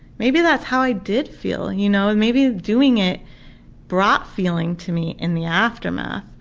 maybe that's how i did feel, you know and maybe doing it brought feeling to me in the aftermath.